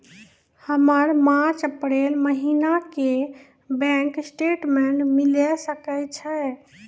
हमर March April महीना के बैंक स्टेटमेंट मिले सकय छै?